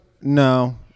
No